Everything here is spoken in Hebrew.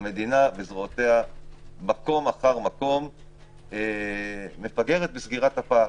המדינה וזרועותיה מקום אחר מקום מפגרת בסגירת הפער,